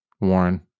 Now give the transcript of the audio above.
Warren